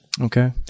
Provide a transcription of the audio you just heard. Okay